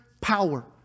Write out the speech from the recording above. Power